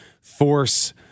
force